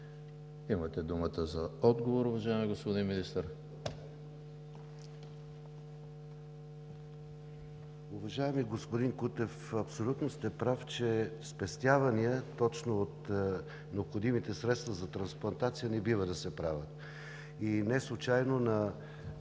Имате думата за отговор, уважаеми господин Министър. МИНИСТЪР КИРИЛ АНАНИЕВ: Уважаеми господин Кутев, абсолютно сте прав, че спестявания точно от необходимите средства за трансплантация не бива да се правят. Неслучайно на